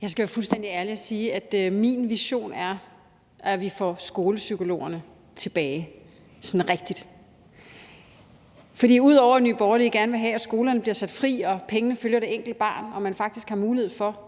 Jeg skal jo være fuldstændig ærlig og sige, at min vision er, at vi får skolepsykologerne sådan rigtigt tilbage. For ud over at Nye Borgerlige gerne vil have, at skolerne bliver sat fri, og at pengene følger det enkelte barn, og at man faktisk også har mulighed for